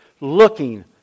looking